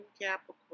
Capricorn